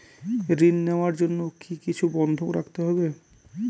ঋণ নেওয়ার জন্য কি কিছু বন্ধক রাখতে হবে?